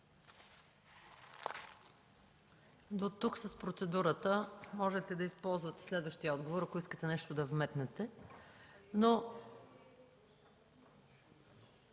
Дотук с процедурата. Можете да използвате следващият отговор, ако искате нещо да вметнете.